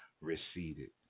receded